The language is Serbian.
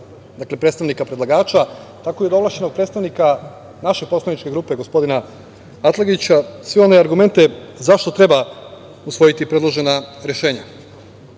dakle, predstavnika predlagača, tako i od ovlašćenog predstavnika naše poslaničke grupe gospodina Atlagića, sve one argumente zašto treba usvojiti predložena rešenja. Ja